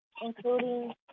including